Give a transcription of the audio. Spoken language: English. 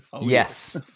Yes